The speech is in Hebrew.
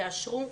תאשרו,